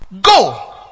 Go